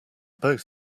both